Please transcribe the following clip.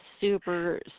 super